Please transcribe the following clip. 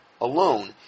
alone